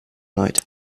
night